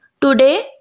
Today